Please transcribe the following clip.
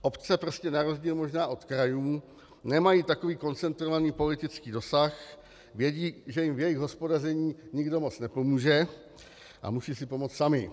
Obce prostě na rozdíl možná od krajů nemají takový koncentrovaný politický dosah, vědí, že jim v jejich hospodaření nikdo moc nepomůže, a musí si pomoct samy.